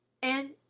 and,